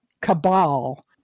cabal